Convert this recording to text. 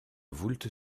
voulte